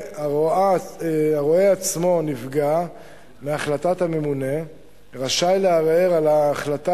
הרואה עצמו נפגע מהחלטת הממונה רשאי לערער על ההחלטה